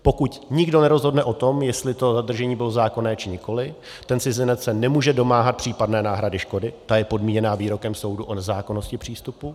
Pokud nikdo nerozhodne o tom, jestli to zadržení bylo zákonné, či nikoliv, ten cizinec se nemůže domáhat případné náhrady škody, ta je podmíněna výrokem soudu o nezákonnosti přístupu.